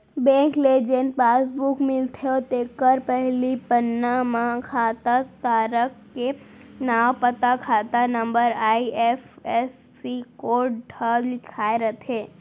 bank ले जेन passbook मिलथे तेखर पहिली पन्ना म खाता धारक के नांव, पता, खाता नंबर, आई.एफ.एस.सी कोड ह लिखाए रथे